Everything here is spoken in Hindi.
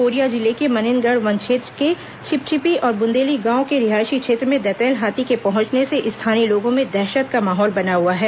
कोरिया जिले के मनेन्द्रगढ़ वनक्षेत्र के छिपछिपी और बुंदेली गांव के रिहायशी क्षेत्र में दंतैल हाथी के पहंचने से स्थानीय लोगों में दहशत का माहौल बना हुआ है